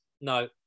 No